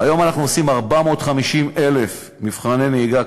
אנחנו עושים 450,000 מבחני נהיגה.